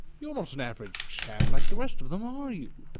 you're not an average chap like the rest of them, are you?